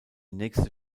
nächste